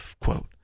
quote